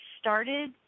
started